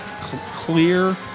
clear